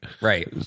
right